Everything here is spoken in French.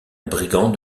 brigand